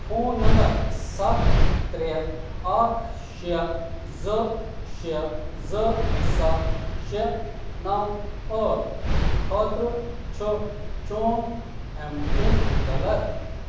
phone number سَتھ ترٛےٚ اَکھ شےٚ زٕ شےٚ زٕ سَتھ شےٚ نَو ٲٹھ خٲطرٕ چھُ چون ایم پِن غلط